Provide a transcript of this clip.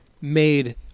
made –